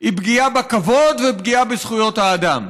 היא פגיעה בכבוד ופגיעה בזכויות האדם.